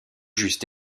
juste